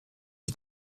ich